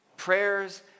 Prayers